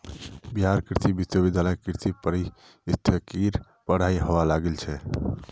बिहार कृषि विश्वविद्यालयत कृषि पारिस्थितिकीर पढ़ाई हबा लागिल छ